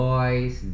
Boys